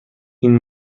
این